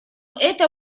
это